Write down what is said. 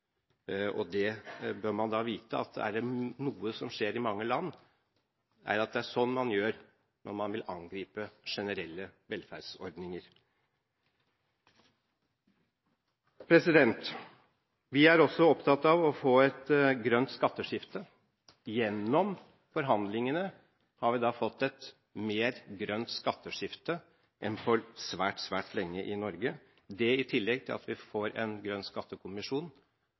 ball. Da bør man vite at dette er noe som skjer i mange land, det er sånn man gjør når man vil angripe generelle velferdsordninger. Vi er også opptatt av å få et grønt skatteskifte. Gjennom forhandlingene har vi fått et grønnere skatteskifte enn på svært, svært lenge i Norge. Denne utviklingen – i tillegg til at vi får en grønn skattekommisjon